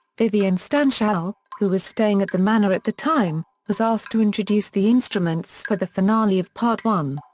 vivian stanshall, who was staying at the manor at the time, was asked to introduce the instruments for the finale of part one.